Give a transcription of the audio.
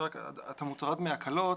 אתה מוטרד מהקלות.